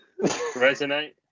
Resonate